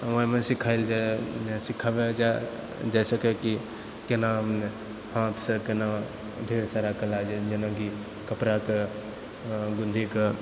ओहिमे सिखाएल जाइ सिखाबै लऽ जाइ सकै कि केना हाथसँ केना ढ़ेर सारा कला जेनाकि कपड़ाके गुद्दीके